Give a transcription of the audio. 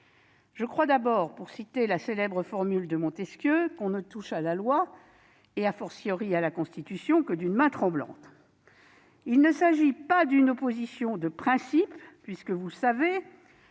Je crois d'abord, pour citer la célèbre formule de Montesquieu, que l'on ne touche à la loi, et à la Constitution, que d'une main tremblante. Il ne s'agit pas d'une opposition de principe puisque, vous le savez,